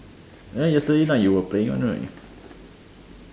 that one yesterday night you were playing one right